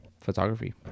photography